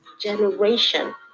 generation